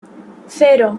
cero